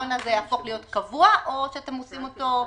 הקריטריון הזה יהפוך להיות קבוע או שאתם עושים אותו חלקי,